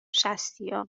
شصتیا